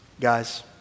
Guys